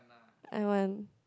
I want